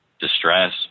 distress